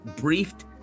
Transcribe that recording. briefed